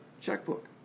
checkbook